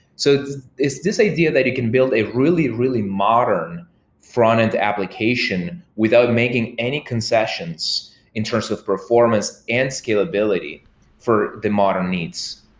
so it's this idea that you can build a really, really modern frontend application without making any concessions in terms of performance and scalability for the modern needs.